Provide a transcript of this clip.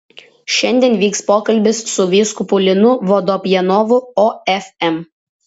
šiandien vyks pokalbis su vyskupu linu vodopjanovu ofm